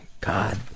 God